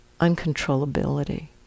uncontrollability